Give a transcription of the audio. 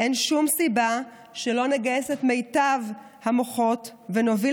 אין שום סיבה שלא נגייס את מיטב המוחות ונוביל